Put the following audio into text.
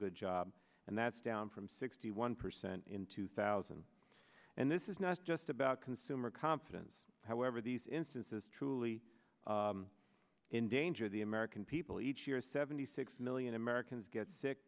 good job and that's down from sixty one percent in two thousand and this is not just about consumer confidence however these instances truly endangered the american people each year seventy six million americans get sick